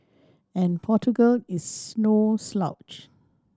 and Portugal is no slouch